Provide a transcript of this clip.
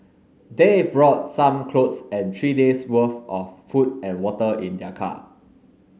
they brought some clothes and three days' worth of food and water in their car